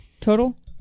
Total